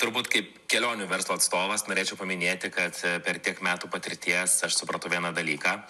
turbūt kaip kelionių verslo atstovas norėčiau paminėti kad per tiek metų patirties aš supratau vieną dalyką